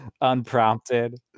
unprompted